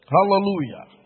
Hallelujah